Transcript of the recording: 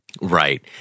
Right